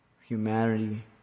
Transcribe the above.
humanity